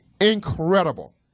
Incredible